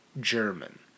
German